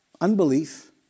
Unbelief